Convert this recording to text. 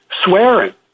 Swearing